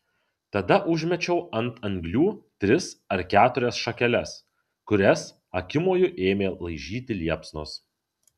tada užmečiau ant anglių tris ar keturias šakeles kurias akimoju ėmė laižyti liepsnos